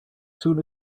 soon